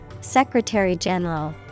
Secretary-General